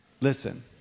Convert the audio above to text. listen